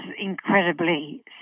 incredibly